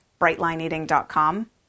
BrightLineEating.com